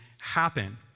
happen